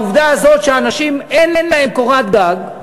העובדה הזאת שאנשים אין להם קורת גג,